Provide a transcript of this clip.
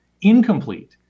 incomplete